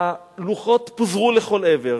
הלוחות פוזרו לכל עבר,